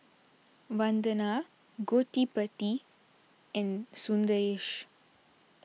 Vandana Gottipati and Sundaresh